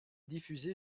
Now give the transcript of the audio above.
diffusée